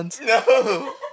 No